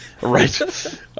right